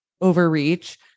overreach